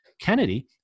Kennedy